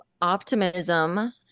optimism